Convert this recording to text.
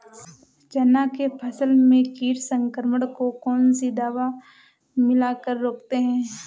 चना के फसल में कीट संक्रमण को कौन सी दवा मिला कर रोकते हैं?